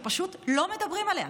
שפשוט לא מדברים עליה,